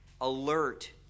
alert